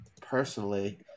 personally